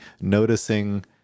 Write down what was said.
noticing